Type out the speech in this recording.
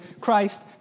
Christ